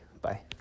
Bye